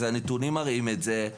הנתונים מראים את זה,